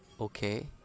okay